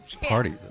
parties